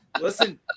Listen